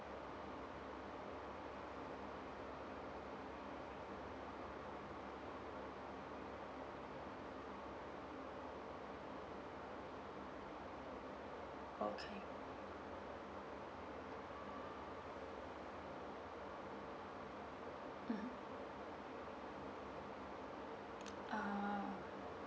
okay mmhmm ah